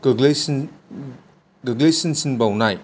गोग्लैसिन गोग्लैसिन सिनबावनाय